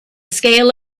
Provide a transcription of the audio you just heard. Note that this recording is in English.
scale